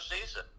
season